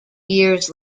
years